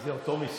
זה אותו מיסוי?